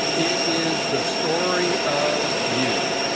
it is the story of you.